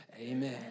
amen